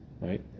right